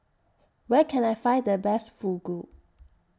Where Can I Find The Best Fugu